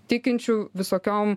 tikinčių visokiom